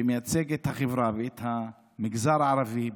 שמייצגת את החברה ואת המגזר הערבי,